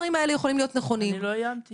אני לא איימתי.